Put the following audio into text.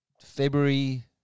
February